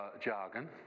jargon